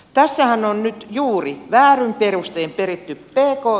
tässähän on nyt juuri väärin perustein peritty kookoo